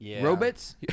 Robots